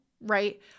right